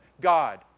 God